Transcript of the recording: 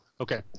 okay